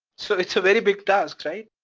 so it's a very big task, right?